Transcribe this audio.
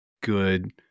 good